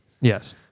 yes